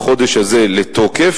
החודש הזה לתוקף,